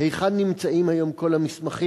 3. היכן נמצאים היום כל המסמכים?